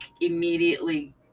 immediately